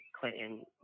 Clinton